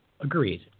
Agreed